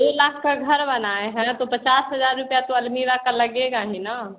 दो लाख का घर बनाए हैं तो पचास हज़ार रुपया तो अलमीरा का लगेगा ही ना